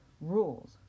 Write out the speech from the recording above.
rules